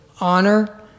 honor